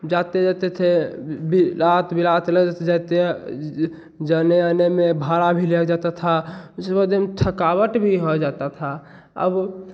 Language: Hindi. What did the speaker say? जाते रहते थे बी रात जाते हैं जाने आने में भाड़ा भी लग जाता था उस थकावट भी हो जाता था अब